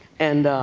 and